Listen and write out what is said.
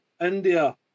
India